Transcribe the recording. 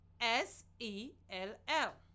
S-E-L-L